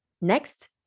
Next